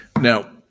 Now